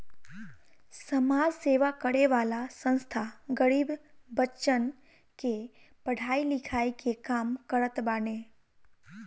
समाज सेवा करे वाला संस्था गरीब बच्चन के पढ़ाई लिखाई के काम करत बाने